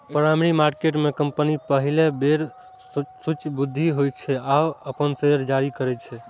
primary market में कंपनी पहिल बेर सूचीबद्ध होइ छै आ अपन शेयर जारी करै छै